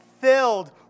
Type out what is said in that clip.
filled